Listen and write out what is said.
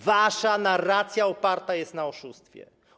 Wasza narracja oparta jest na oszustwie.